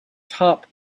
top